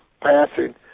passing